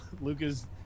luca's